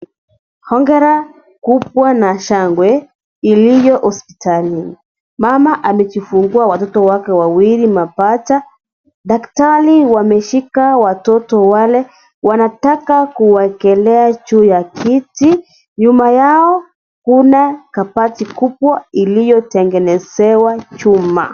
Hongera kubwa na shangwe iliyo hospitalini, mama amejifungua watoto wawili mapacha daktari wameshika watoto wale wanataka kuwawekelea juu ya kiti nyuma yao kuna kabati kubwa iliyotengenezewa chuma.